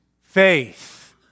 faith